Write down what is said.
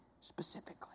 specifically